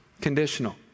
conditional